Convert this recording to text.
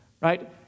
right